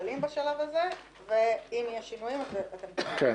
מבוטלים בשלב הזה, ואם יש שינויים תגידו.